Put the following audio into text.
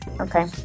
Okay